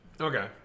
okay